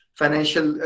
financial